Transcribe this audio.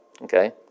Okay